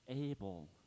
able